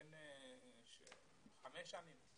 בן חמש שנים.